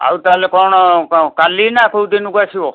ଆଉ ତାହେଲେ କଣ କାଲିନା କୋଉଦିନକୁ ଆସିବ